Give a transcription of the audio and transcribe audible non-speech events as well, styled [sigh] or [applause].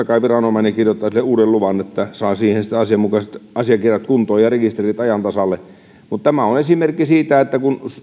[unintelligible] kai viranomainen kirjoittaa sille uuden luvan että saa siihen sitten asianmukaiset asiakirjat kuntoon ja rekisterit ajan tasalle tämä on esimerkki siitä että kun